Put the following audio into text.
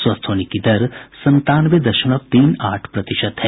स्वस्थ होने की दर संतानवे दशमलव तीन आठ प्रतिशत है